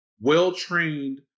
well-trained